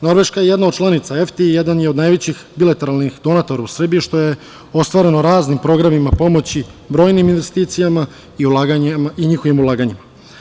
Norveška je jedna od članica EFTE i jedan je od najvećih bilateralnih novatora u Srbiji, što je ostvareno raznim programima pomoći, brojnim investicijama i njihovim ulaganjem.